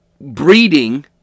breeding